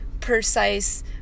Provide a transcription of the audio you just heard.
precise